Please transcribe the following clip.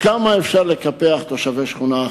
כמה אפשר לקפח את השכונה?